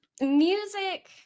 music